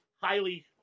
highly